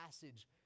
passage